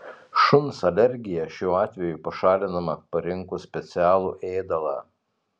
šuns alergija šiuo atveju pašalinama parinkus specialų ėdalą